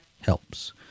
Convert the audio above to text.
helps